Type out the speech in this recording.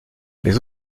les